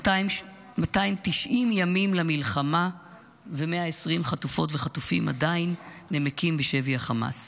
290 ימים למלחמה ו-120 חטופות וחטופים עדיין נמקים בשבי החמאס.